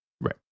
Right